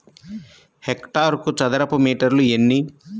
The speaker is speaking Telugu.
హెక్టారుకు చదరపు మీటర్లు ఎన్ని?